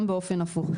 גם באופן הפוך.